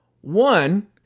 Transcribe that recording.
One